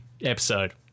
episode